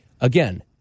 again